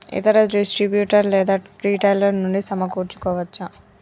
ఇతర డిస్ట్రిబ్యూటర్ లేదా రిటైలర్ నుండి సమకూర్చుకోవచ్చా?